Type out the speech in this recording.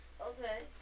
Okay